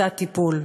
בתת-טיפול.